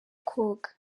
koga